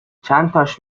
چنتاش